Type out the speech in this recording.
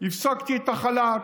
הפסקתי את החל"ת.